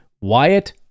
Wyatt